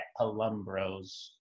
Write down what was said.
Palumbros